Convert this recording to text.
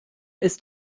ist